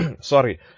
Sorry